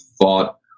thought